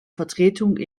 vertretung